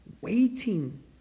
Waiting